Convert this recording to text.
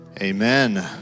amen